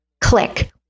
click